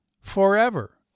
forever